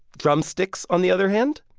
drumsticks, on the other hand,